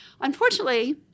unfortunately –